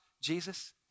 Jesus